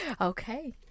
Okay